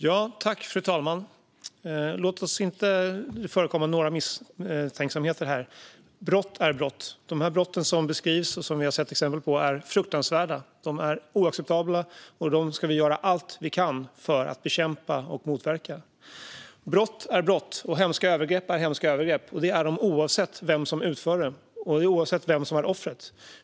Fru talman! Låt det inte förekomma någon misstänksamhet här! Brott är brott. De brott som beskrivs och som vi har sett exempel på är fruktansvärda och oacceptabla. Vi ska göra allt vi kan för att bekämpa och motverka sådana brott. Brott är brott och hemska övergrepp är hemska övergrepp, oavsett vem som utför dem och oavsett vem som är offret.